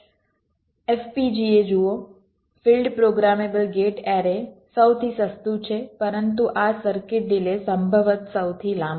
FPGA જુઓ field programmable gate array સૌથી સસ્તું છે પરંતુ આ સર્કિટ ડિલે સંભવતઃ સૌથી લાંબો છે